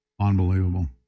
Unbelievable